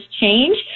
change